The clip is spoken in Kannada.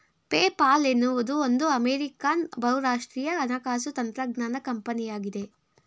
ಪೇಪಾಲ್ ಎನ್ನುವುದು ಒಂದು ಅಮೇರಿಕಾನ್ ಬಹುರಾಷ್ಟ್ರೀಯ ಹಣಕಾಸು ತಂತ್ರಜ್ಞಾನ ಕಂಪನಿಯಾಗಿದೆ